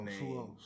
name